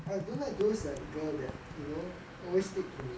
I don't like those that girl that you know always stick to me